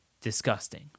disgusting